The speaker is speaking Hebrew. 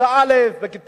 בכיתה א', ב',